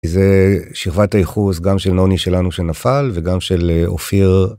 זה שכבת הייחוס גם של נוני שלנו שנפל וגם של אופיר.